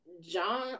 John